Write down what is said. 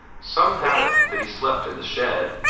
some had it that he slept in the shed.